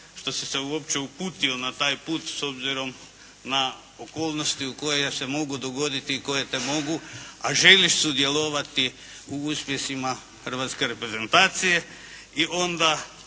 što si se uopće uputio na taj put s obzirom na okolnosti koje se mogu dogoditi i koje te mogu, a želiš sudjelovati u uspjesima hrvatske reprezentacije i onda